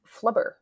Flubber